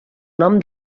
nom